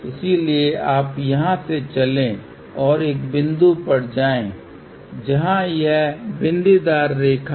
इसलिए आप यहाँ से चले और एक बिंदु पर जाएँ जहाँ यह बिंदीदार रेखा है